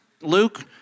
Luke